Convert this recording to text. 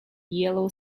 yellow